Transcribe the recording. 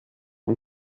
und